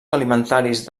alimentaris